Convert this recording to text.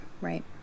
right